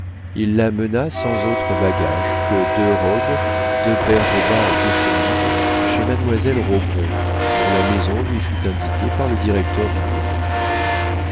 il la mena sans autre bagage que deux robes deux paires de bas et deux chemises chez mademoiselle rogron dont la maison lui fut indiquée par le directeur du bureau